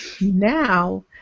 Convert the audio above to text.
Now